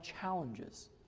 challenges